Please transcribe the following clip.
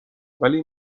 ولی